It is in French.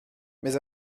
mais